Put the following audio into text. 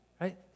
right